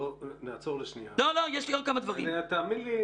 עלי,